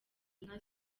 inka